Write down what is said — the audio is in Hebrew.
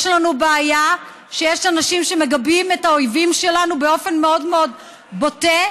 יש לנו בעיה שיש אנשים שמגבים את האויבים שלנו באופן מאוד מאוד בוטה.